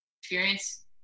experience